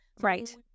Right